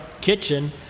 kitchen